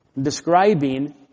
describing